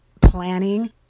planning